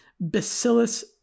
bacillus